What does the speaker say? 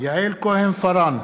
יעל כהן-פארן,